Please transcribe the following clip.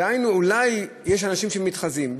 דהיינו, אולי יש אנשים שמתחזים.